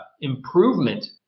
improvement